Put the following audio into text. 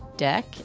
deck